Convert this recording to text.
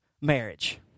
marriage